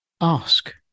ask